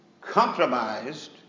compromised